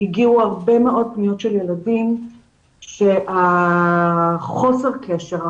הגיעו הרבה מאוד פניות של ילדים שהחוסר קשר,